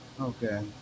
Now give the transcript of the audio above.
okay